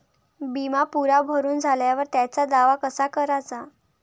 बिमा पुरा भरून झाल्यावर त्याचा दावा कसा कराचा?